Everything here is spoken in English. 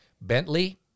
Bentley